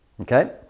okay